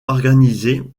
organisée